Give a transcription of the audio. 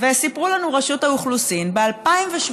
וסיפרו לנו מרשות האוכלוסין: ב-2017,